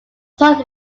taught